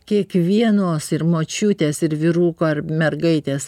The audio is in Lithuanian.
kiekvienos ir močiutės ir vyruko ar mergaitės